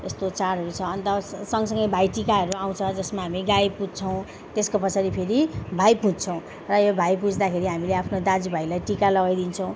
यस्तो चाडहरू छ अन्त सँगसँगै भाइटिकाहरू आउँछ जसमा हामी गाई पुज्छौँ त्यसको पछाडि फेरि भाइ पुज्छौँ र यो भाइ पुज्दाखेरि हामीले आफ्नो दाजुभाइलाई टिका लगाइदिन्छौँ